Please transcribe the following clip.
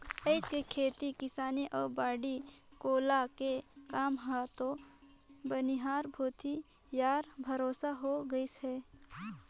आयज के खेती किसानी अउ बाड़ी कोला के काम हर तो बनिहार भूथी यार भरोसा हो गईस है